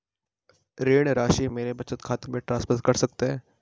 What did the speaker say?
ऋण राशि मेरे बचत खाते में ट्रांसफर कर सकते हैं?